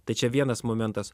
tai čia vienas momentas